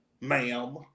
ma'am